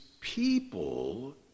people